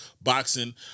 boxing